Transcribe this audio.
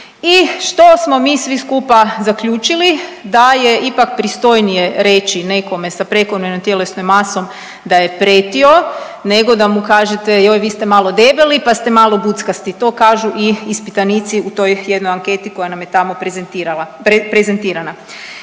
i što smo mi svi skupa zaključili, da je ipak pristojnije reći nekome sa prekomjernom tjelesnom masom da je pretio nego da mu kažete „joj vi ste malo debeli, pa ste malo buckasti“, to kažu i ispitanici u toj jednoj anketi koja nam je tamo prezentirana.